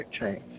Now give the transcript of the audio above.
change